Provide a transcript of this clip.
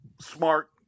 smart